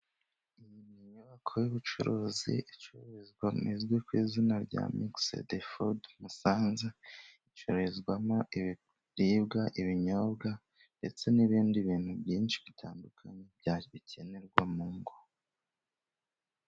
Iyi nyubako y'ubucuruzi icururizwamo, izwi ku izina rya mizedeforudi musanze. Icururizwamo ibiribwa, ibinyobwa, ndetse n'ibindi bintu byinshi bitandukanye bikenerwa mu ngo.